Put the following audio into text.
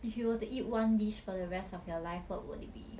if you were to eat one dish for the rest of your life what would it be